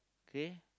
K